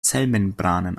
zellmembranen